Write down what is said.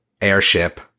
airship